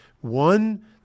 One